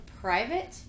private